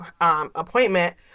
appointment